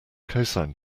cosine